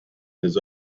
his